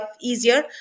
easier